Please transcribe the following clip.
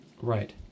Right